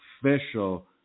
official